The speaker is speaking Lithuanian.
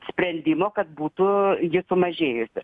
sprendimo kad būtų ji sumažėjusi